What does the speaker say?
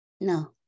no